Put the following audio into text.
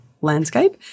landscape